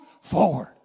forward